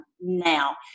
now